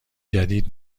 جدید